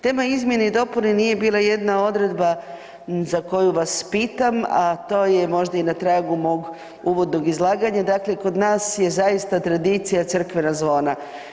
Tema izmjene i dopune nije bila jedna odredba za koju vas pitam, a to je možda i na tragu mog uvodnog izlaganja, dakle kod nas je zaista tradicija crkvena zvona.